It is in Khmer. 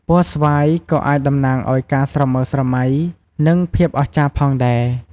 ពណ៌ស្វាយក៏អាចតំណាងឱ្យការស្រមើស្រមៃ និងភាពអស្ចារ្យផងដែរ។